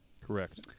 Correct